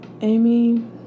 Amy